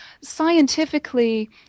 Scientifically